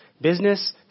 business